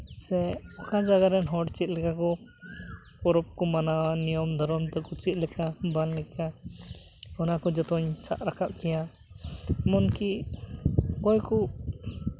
ᱥᱮ ᱚᱠᱟ ᱡᱟᱭᱜᱟ ᱨᱮᱱ ᱦᱚᱲ ᱪᱮᱫ ᱞᱮᱠᱟ ᱠᱚ ᱯᱚᱨᱚᱵᱽ ᱠᱚ ᱢᱟᱱᱟᱣᱟ ᱱᱤᱭᱚᱢ ᱫᱷᱚᱨᱚᱱ ᱛᱟᱠᱚ ᱪᱮᱫ ᱞᱮᱠᱟ ᱵᱟᱝ ᱞᱮᱠᱟ ᱚᱱᱟᱠᱚ ᱡᱚᱛᱚᱧ ᱥᱟᱵ ᱨᱟᱠᱟᱵ ᱠᱮᱭᱟ ᱮᱢᱚᱱᱠᱤ ᱚᱠᱚᱭᱠᱚ